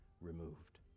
removed